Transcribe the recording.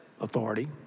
authority